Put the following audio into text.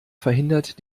verhindert